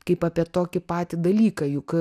kaip apie tokį patį dalyką juk